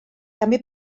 també